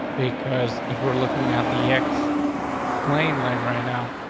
because if we're looking at the x plain lang right now,